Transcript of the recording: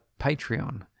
Patreon